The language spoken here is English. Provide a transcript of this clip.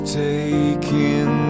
taking